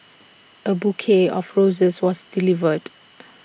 A bouquet of roses was delivered